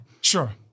Sure